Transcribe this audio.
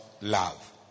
love